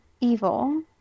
evil